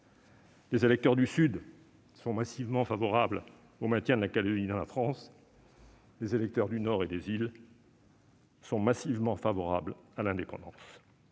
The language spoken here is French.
Les électeurs du Sud sont massivement favorables au maintien de la Calédonie dans la France. Les électeurs du Nord et des îles sont massivement favorables à l'indépendance.